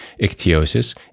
ichthyosis